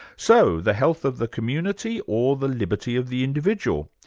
so, the health of the community or the liberty of the individual?